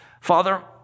Father